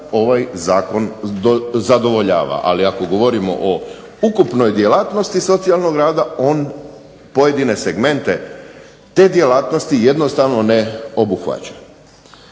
ovaj zakon zadovoljava, ali ako govorimo o ukupnoj djelatnosti socijalnog rada on pojedine segmente te djelatnosti jednostavno ne obuhvaća.